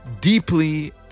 deeply